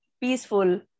peaceful